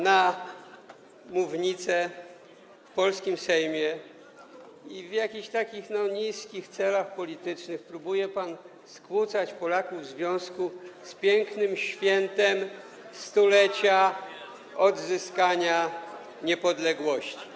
na mównicę w polskim Sejmie i w jakichś takich niskich celach politycznych próbuje pan skłócać Polaków w związku z pięknym świętem 100-lecia odzyskania niepodległości.